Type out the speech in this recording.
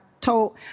told